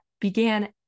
began